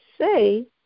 say